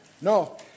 No